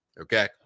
Okay